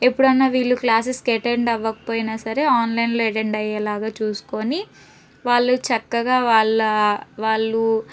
ఎప్పుడన్నా వీళ్ళు క్లాసెస్కి అటెండ్ అవ్వకపోయిన సరే ఆన్లైన్లో అటెండ్ అయ్యే లాగా చూసుకొని వాళ్ళు చక్కగా వాళ్ళ వాళ్ళు